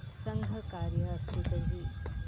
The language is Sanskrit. सङ्घकार्यं अस्ति तर्हि